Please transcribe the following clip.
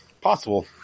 Possible